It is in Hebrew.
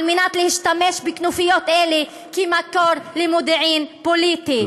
על מנת להשתמש בכנופיות אלה כמקור למודיעין פוליטי.